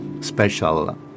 special